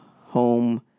home